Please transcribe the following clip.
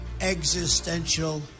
existential